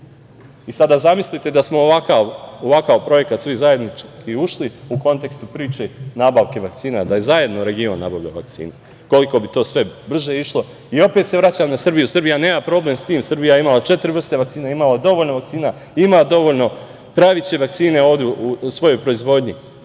Beograda. Zamislite da smo u ovakav projekat svi zajednički ušli u kontekstu priče nabavke vakcina, da je zajedno region nabavljao vakcine, koliko bi to sve brže išlo. Opet se vraćam na Srbiju. Srbija nema problem sa tim, Srbija je imala četiri vrste vakcina, imala dovoljno vakcina, ima dovoljno, praviće vakcine ovde u svojoj proizvodnji.